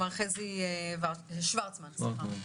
מר חזי שוורצמן בבקשה.